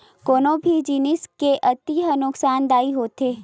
कोनो भी जिनिस के अति ह नुकासानदायी होथे